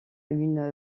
une